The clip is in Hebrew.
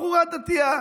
בחורה דתייה: